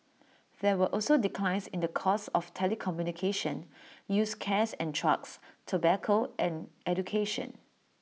there were also declines in the cost of telecommunication used cares and trucks tobacco and education